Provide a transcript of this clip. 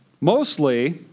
Mostly